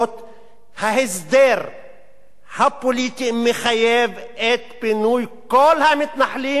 ההסדר הפוליטי מחייב את פינוי כל המתנחלים וכל